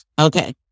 Okay